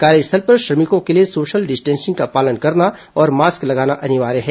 कार्यस्थल पर श्रमिकों के लिए सोशल डिस्टेंसिंग का पालन करना और मास्क लगाना अनिवार्य है